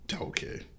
okay